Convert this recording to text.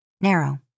Narrow